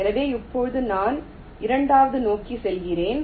எனவே இப்போது நான் இரண்டாவது நோக்கி செல்கிறேன்